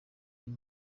uyu